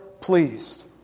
pleased